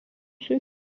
ceux